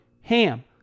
HAM